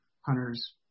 hunters